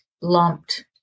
lumped